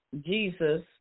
Jesus